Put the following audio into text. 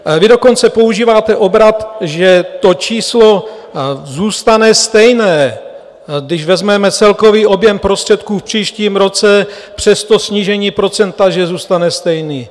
Vy dokonce používáte obrat, že to číslo zůstane stejné když vezmeme celkový objem prostředků v příštím roce, přes to snížení procenta, že zůstane stejný.